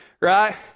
right